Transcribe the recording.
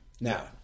Now